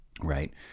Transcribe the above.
right